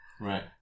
right